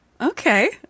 Okay